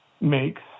makes